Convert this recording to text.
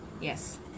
Yes